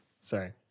Sorry